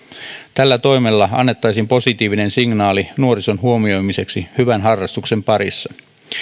tällä toimella annettaisiin positiivinen signaali nuorison huomioimiseksi hyvän harrastuksen parissa